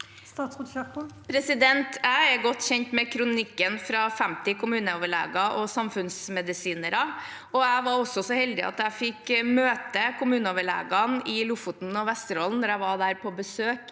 Jeg er godt kjent med kronikken fra 50 kommuneoverleger og samfunnsmedisinere. Jeg var også så heldig at jeg fikk møte kommuneoverlegene i Lofoten og Vesterålen da jeg var på besøk